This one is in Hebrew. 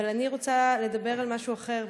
אבל אני רוצה לדבר על משהו אחר.